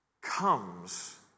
comes